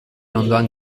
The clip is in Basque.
ondoan